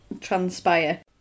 transpire